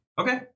okay